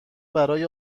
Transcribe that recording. برای